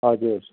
हजुर